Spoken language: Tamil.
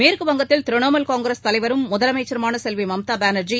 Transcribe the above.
மேற்கு வங்கத்தில் திரிணாமூல் காங்கிரஸ் தலைவரும் முதலமைச்சருமான செல்வி மம்தா பானர்ஜி